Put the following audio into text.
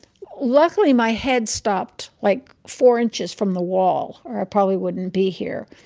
luckily, my head stopped like four inches from the wall or i probably wouldn't be here.